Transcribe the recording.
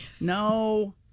No